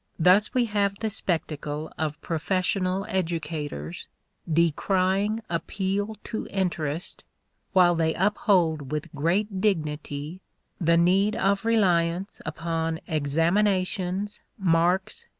thus we have the spectacle of professional educators decrying appeal to interest while they uphold with great dignity the need of reliance upon examinations, marks,